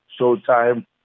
Showtime